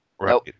Right